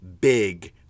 big